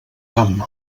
ham